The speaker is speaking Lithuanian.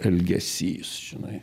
elgesys žinai